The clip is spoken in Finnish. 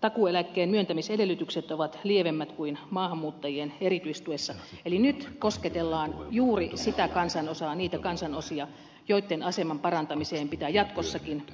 takuueläkkeen myöntämisedellytykset ovat lievemmät kuin maahanmuuttajien erityistuessa eli nyt kosketellaan juuri niitä kansanosia joitten aseman parantamiseen pitää jatkossakin